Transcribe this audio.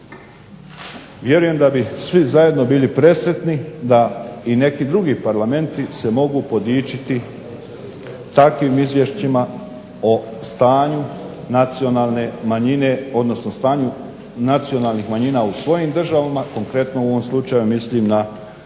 Vjerujem da bi svi zajedno bili presretni da i neki drugi parlamenti se mogu podičiti takvim izvješćima o stanju nacionalnih manjina u svojim državama, konkretno u ovom slučaju mislim na predstavnike